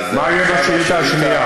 מה יהיה בשאילתה השנייה?